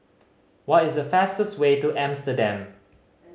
what is the fastest way to Amsterdam